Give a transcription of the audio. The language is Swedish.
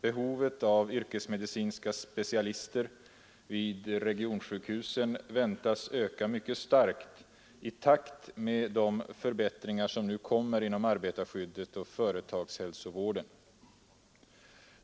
Behovet av yrkesmedicinska specialister vid regionsjukhusen väntas öka mycket starkt i takt med de förbättringar som nu kommer inom arbetarskyddet och företagshälsovården.